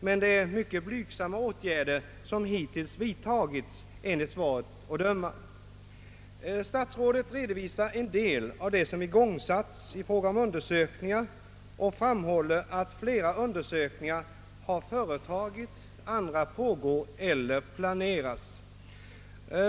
Det är emellertid mycket blygsamma åtgärder som hittills vidtagits av svaret att döma. Statsrådet redovisade en del av de undersökningar som igångsatts och framhöll att flera undersökningar har företagits, medan andra pågår eller planeras.